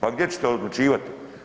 Pa gdje ćete odlučivat?